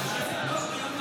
עכשיו אני אגיד --- נגיע גם